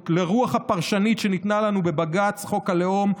לרוח הפרשנית שניתנה לנו בבג"ץ חוק הלאום,